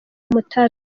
umutaru